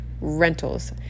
Rentals